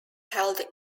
held